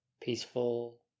peaceful